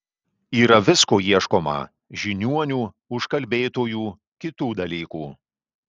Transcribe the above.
yra visko ieškoma žiniuonių užkalbėtojų kitų dalykų